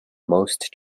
most